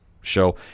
show